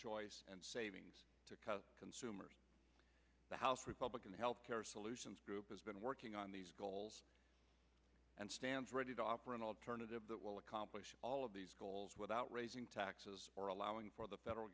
and savings to consumers the house republican health care solutions group has been working on these goals and stands ready to operate alternative that will accomplish all of these goals without raising taxes or allowing for the federal